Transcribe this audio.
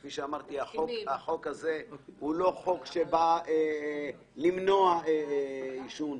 כפי שאמרתי, החוק הזה הוא לא חוק שבא למנוע עישון.